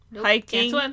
hiking